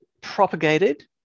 propagated